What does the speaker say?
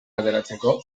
ateratzeko